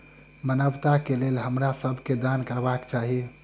मानवता के लेल हमरा सब के दान करबाक चाही